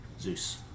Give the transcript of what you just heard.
Zeus